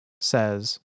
says